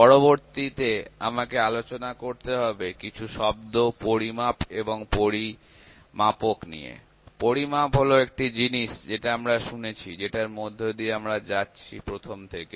পরবর্তীতে আমাকে আলোচনা করতে হবে কিছু শব্দ পরিমাপক এবং পরিমাপ পরিমাপ হলো একটা জিনিস যেটা আমরা শুনছি যেটার মধ্য দিয়ে আমরা যাচ্ছি প্রথম থেকেই